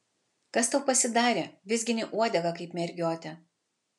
kas tau pasidarė vizgini uodegą kaip mergiotė